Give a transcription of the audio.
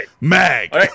Mag